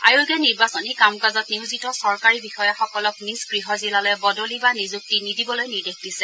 আয়োগে নিৰ্বাচনী কাম কাজত নিয়োজিত চৰকাৰী বিষয়াসকলক নিজ গৃহ জিলালৈ বদলি বা নিযুক্তি নিদিবলৈ নিৰ্দেশ দিছে